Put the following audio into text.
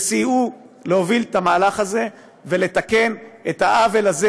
וסייעו להוביל את המהלך הזה ולתקן את העוול הזה,